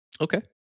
Okay